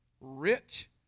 rich